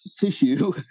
tissue